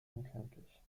unkenntlich